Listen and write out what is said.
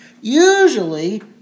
usually